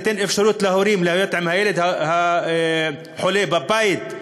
ניתן אפשרות להורים להיות עם ילד חולה בבית.